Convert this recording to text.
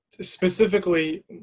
Specifically